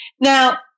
Now